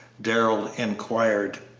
darrell inquired.